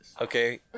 Okay